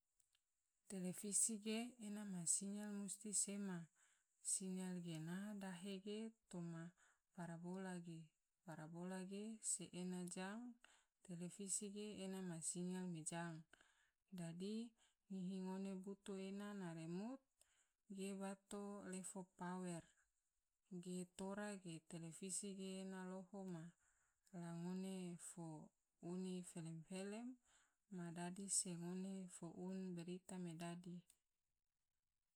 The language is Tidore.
Televisi ge ena ma siyal musti sema, siyal gena dahe ge toma parabola ge, parabola ge se ena jang televisi ge ena ma siyal me jang, dadi ngihi ngone butu ena ma remut ge bato lefo power ge tora ge, televisi gena ena loho ma, la ngone fo uni felem-felem me dadi se ngone fo uni berita me dadi'.